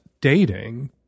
dating